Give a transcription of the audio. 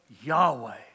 Yahweh